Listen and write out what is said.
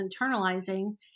internalizing